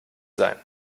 sein